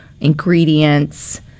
ingredients